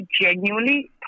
genuinely